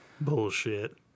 Bullshit